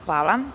Hvala.